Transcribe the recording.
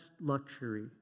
luxury